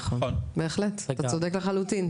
נכון, נכון אתה צודק לחלוטין.